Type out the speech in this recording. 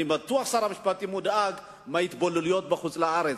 אני בטוח ששר המשפטים מודאג מההתבוללות בחוץ-לארץ.